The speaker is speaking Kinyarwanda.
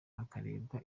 hakarebwa